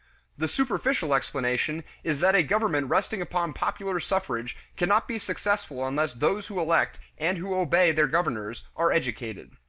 the superficial explanation is that a government resting upon popular suffrage cannot be successful unless those who elect and who obey their governors are educated.